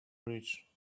bridge